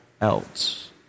else